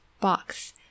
box